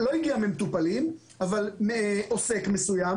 עוסק מסוים